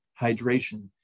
hydration